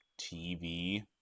TV